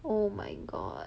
oh my god